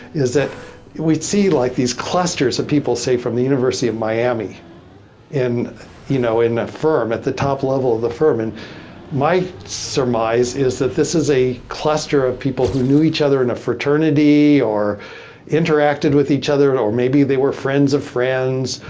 is that we see like these clusters of people, say from the university of miami in you know a firm, at the top level of the firm, and my surmise is that this is a cluster of people who knew each other in a fraternity or interacted with each other or maybe they were friends of friends.